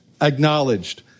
Acknowledged